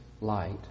light